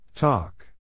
Talk